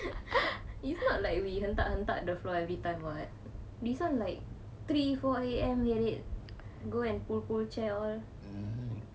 is not like we hentak-hentak the floor everytime [what] this [one] like three four A_M heret go and pull pull chair all